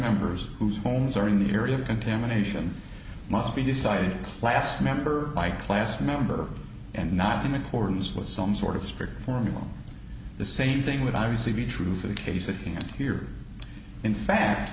members whose homes are in the area of contamination must be decided class member by class member and not in accordance with some sort of script formula the same thing with obviously be true for the case that here in fact